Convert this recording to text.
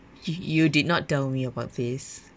y~ you did not tell me about this